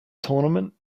tournament